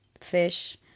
fish